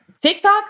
TikTok